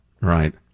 right